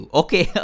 okay